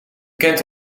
kent